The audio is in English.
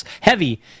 heavy